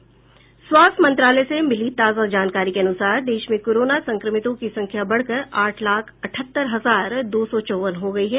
स्वास्थ्य मंत्रालय से मिली ताजा जानकारी के अनुसार देश में कोरोना संक्रमितों की संख्या बढ़कर आठ लाख अठहत्तर हजार दो सौ चौवन हो गई है